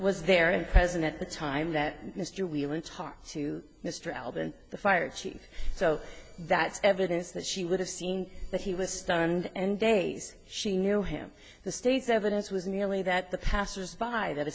was there and present at the time that mr whelan it's hard to mr alba and the fire chief so that evidence that she would have seen that he was stunned and days she knew him the state's evidence was merely that the passers by that